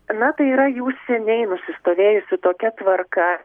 na tai yra jau seniai nusistovėjusi tokia tvarka